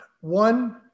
One